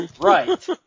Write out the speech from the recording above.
Right